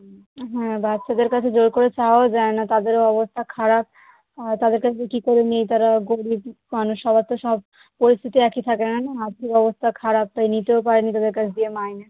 হুম হ্যাঁ বাচ্চাদের কাছে জোর করে চাওয়াও যায় না তাদেরও অবস্থা খারাপ তাদের কাছে কী করে নিই তারা গরীব মানুষ সবার তো সব পরিস্থিতি একই থাকে না না আর্থিক অবস্থা খারাপ তো নিতেও পারি নি তাদের কাছ দিয়ে মাইনে